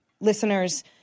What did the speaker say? Listeners